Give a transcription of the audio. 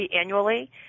annually